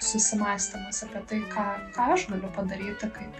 susimąstymas apie tai ką ką aš galiu padaryti kaip